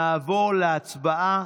נעבור להצבעה